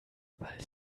weil